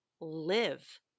live